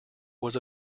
was